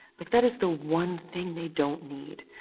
like, that is the one thing they don't need.